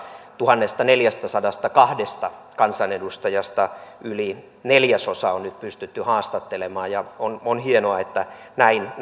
tuhannestaneljästäsadastakahdesta kansanedustajasta yli neljäsosa on nyt pystytty haastattelemaan ja on hienoa että näin